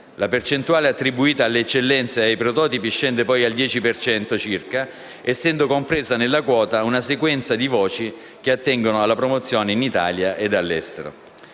La percentuale attribuita alle eccellenze e ai prototipi scende poi al 10 per cento circa, essendo compresa nella quota una sequenza di voci che attengono alla promozione in Italia e all'estero.